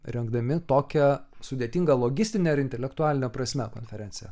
rengdami tokią sudėtingą logistinę ir intelektualine prasme konferenciją